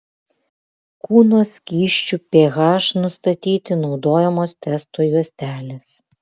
kūno skysčių ph nustatyti naudojamos testo juostelės